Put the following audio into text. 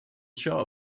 shop